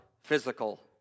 physical